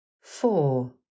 four